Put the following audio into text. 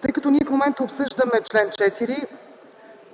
тъй като в момента обсъждаме чл. 4.